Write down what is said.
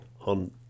on